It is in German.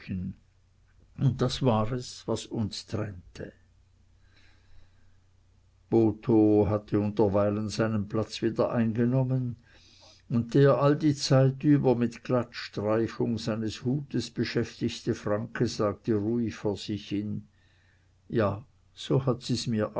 und das war es was uns trennte botho hatte mittlerweile seinen platz wieder eingenommen und der all die zeit über mit glattstreichung seines hutes beschäftigte franke sagte ruhig vor sich hin ja so hat sie mir's